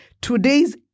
Today's